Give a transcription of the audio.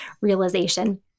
realization